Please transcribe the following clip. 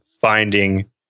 finding